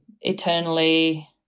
eternally